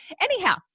Anyhow